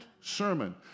sermon